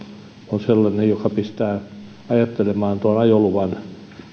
on sellainen joka pistää ajattelemaan tuon ajoluvan